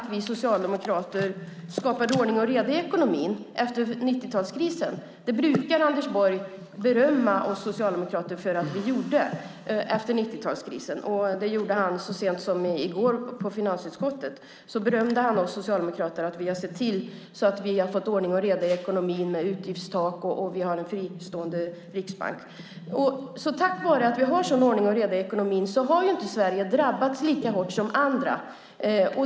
Vi socialdemokrater skapade ordning och reda i ekonomin efter 90-talskrisen. Det brukar Anders Borg berömma oss socialdemokrater för att vi gjorde efter 90-talskrisen. Det gjorde han så sent som i går i finansutskottet. Då berömde han oss socialdemokrater för att vi har sett till att vi har fått ordning och reda i ekonomin med utgiftstak och en fristående riksbank. Tack vare att vi har en sådan ordning och reda i ekonomin har inte Sverige drabbats lika hårt som andra.